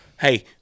Hey